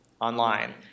online